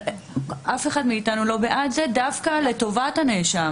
אף אחד לא בעד זה, דווקא לטובת הנאשם.